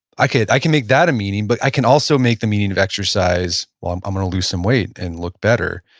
i can i can make that a meaning. but i can also make the meaning of exercise, well, i'm going um to lose some weight and look better.